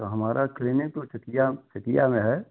तो हमारा क्लिनिक वह चकिया चकिया में है